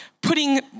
putting